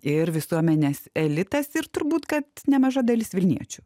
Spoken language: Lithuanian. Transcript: ir visuomenės elitas ir turbūt kad nemaža dalis vilniečių